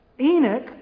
Enoch